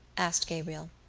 asked gabriel.